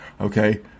Okay